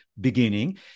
beginning